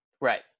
right